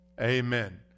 Amen